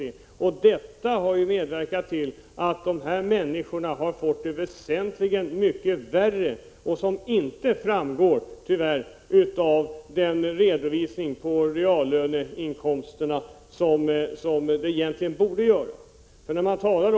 Detta har medverkat till att de här berörda — 1 april 1987 människorna har fått det väsentligt mycket sämre, något som tyvärr inte framgår så tydligt som vore önskvärt i redovisningen av reallönernas förändringar.